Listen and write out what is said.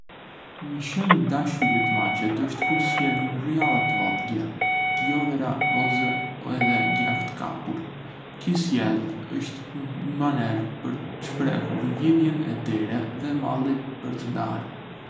Një sinjë dashurie te macet është kur sjellin rrjalla të vogla, si lodra ose edhe gjah të kapur. Ky sjellje është një manér për të shprehur lidhjen e tyre dhe malli për të ndarë.